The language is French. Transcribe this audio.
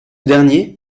dernier